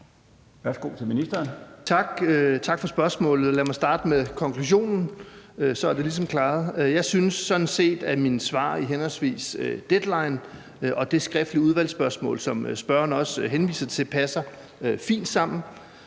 (Jacob Jensen): Tak for spørgsmålet, og lad mig starte med konklusionen, for så er det ligesom klaret. Jeg synes sådan set, at mine svar i henholdsvis Deadline og på det skriftlige udvalgsspørgsmål, som spørgeren også henviser til, passer fint sammen.